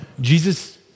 Jesus